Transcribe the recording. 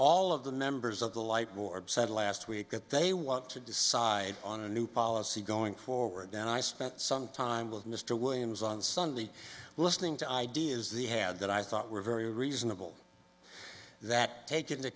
all of the members of the light ward said last week that they want to decide on a new policy going forward and i spent some time with mr williams on sunday listening to ideas they had that i thought were very reasonable that take into